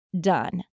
done